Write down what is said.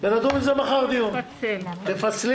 תחזרי